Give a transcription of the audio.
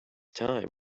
time